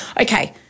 Okay